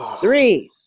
Three